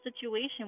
situation